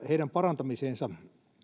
heidän parantamiseensa